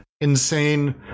insane